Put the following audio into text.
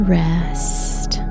rest